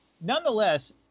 Nonetheless